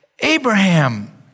Abraham